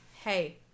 Hey